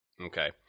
okay